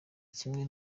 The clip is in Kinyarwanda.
kimwe